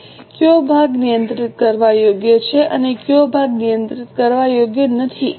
હવે કયો ભાગ નિયંત્રિત કરવા યોગ્ય છે અને કયો ભાગ નિયંત્રિત કરવા યોગ્ય નથી